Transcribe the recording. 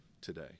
today